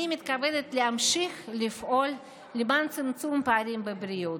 אני מתכוונת להמשיך לפעול למען צמצום הפערים בבריאות.